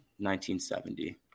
1970